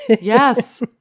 Yes